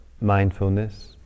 mindfulness